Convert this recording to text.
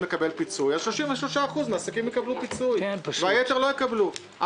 לקבל פיצוי אז 33% מן העסקים יקבלו פיצוי והיתר לא יקבלו,